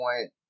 point